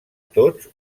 tots